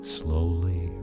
slowly